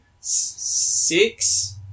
Six